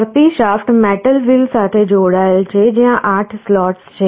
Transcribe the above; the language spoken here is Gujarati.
ફરતી શાફ્ટ મેટલ wheel સાથે જોડાયેલ છે જ્યાં 8 સ્લોટ્સ છે